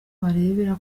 barebera